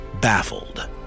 baffled